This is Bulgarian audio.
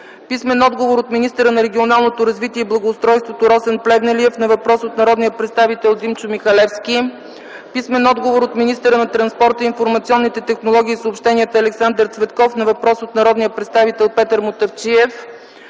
писмен отговор от министъра на регионалното развитие и благоустройството Росен Плевнелиев на въпрос от народния представител Димчо Михалевски; - писмен отговор от министъра на транспорта, информационните технологии и съобщенията Александър Цветков на въпрос от народния представител Петър Мутафчиев;